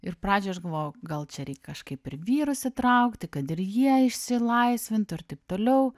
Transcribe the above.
ir pradžioj aš galvojau gal čia reik kažkaip ir vyrus įtraukti kad ir jie išsilaisvintų ir taip toliau